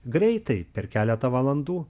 greitai per keletą valandų